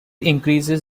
increases